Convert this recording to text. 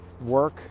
work